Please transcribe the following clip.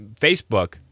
Facebook